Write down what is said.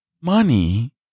money